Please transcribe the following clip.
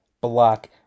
Block